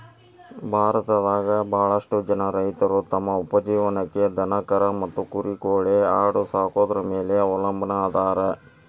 ಭಾರತದಾಗ ಬಾಳಷ್ಟು ಜನ ರೈತರು ತಮ್ಮ ಉಪಜೇವನಕ್ಕ ದನಕರಾ ಮತ್ತ ಕುರಿ ಕೋಳಿ ಆಡ ಸಾಕೊದ್ರ ಮ್ಯಾಲೆ ಅವಲಂಬನಾ ಅದಾರ